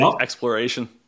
exploration